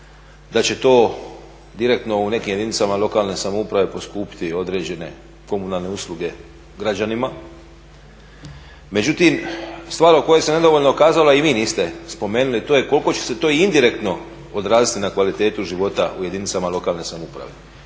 da će to direktno u nekim jedinicama lokalne samouprave poskupiti određene komunalne usluge građanima. Međutim, stvar o kojoj se nedovoljno kazalo, a i vi niste spomenuli, to je koliko će se to indirektno odraziti na kvalitetu života u jedinica lokalne samouprave.